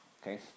Okay